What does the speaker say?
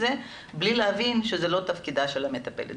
זה בלי להבין שזה לא תפקידה של המטפלת.